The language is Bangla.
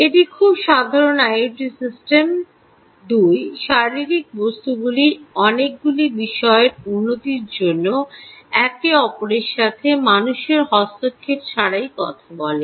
একটি খুব সাধারণ আইওটি সিস্টেম যা শারীরিক বস্তুগুলি অনেকগুলি বিষয়র উন্নতির জন্য একে অপরের সাথে মানুষের হস্তক্ষেপ ছাড়াই কথা বলে